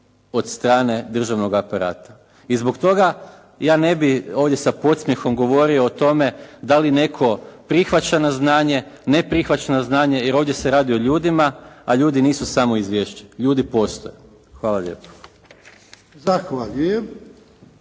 od strane državnog aparata i zbog toga ja ne bih ovdje sa podsmjehom govorio o tome da li netko prihvaća na znanje, ne prihvaća na znanje, jer ovdje se radi o ljudima, a ljudi nisu samo izvješće. Ljudi postoje. Hvala lijepo. **Jarnjak,